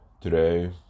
Today